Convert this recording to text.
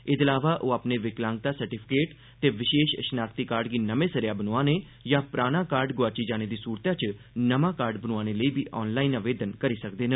एह्दे अलावा ओह् अपने विकलांगता सर्टिफिकेट ते विशेष शिनाख्ती कार्ड गी नमें सिरेआ बनोआने यां पराना कार्ड गोआची जाने दी सूरतै च नमां कार्ड बनोआने लेई बी आवेदन करी सकदे न